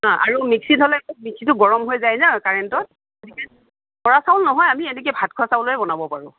আৰু মিক্সীত হ'লে মিক্সীটো গৰম হৈ যায় যে কাৰেন্টত বৰা চাউল নহয় আমি এনেকৈ ভাত খোৱা চাউলৰে বনাব পাৰোঁ